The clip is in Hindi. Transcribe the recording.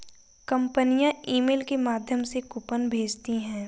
कंपनियां ईमेल के माध्यम से कूपन भेजती है